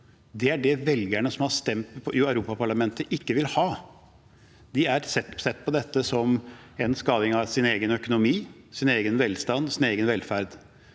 Det er det velgerne som har stemt i valget til Europaparlamentet, ikke vil ha. De har sett på dette som skadelig for sin egen økonomi, sin egen velstand, sin egen velferd.